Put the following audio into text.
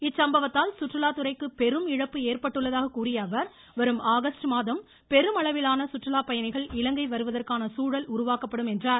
இச்சம்பவத்தால் சுற்றுலாத்துறைக்கு பெரும் இழப்பு ஏற்பட்டுள்ளதாக கூறிய அவர் வரும் ஆகஸ்ட் மாதம் பெருமளவிலான சுற்றுலாப் பயணிகள் இலங்கை வருவதற்கான சூழல் உருவாக்கப்படும் என்றார்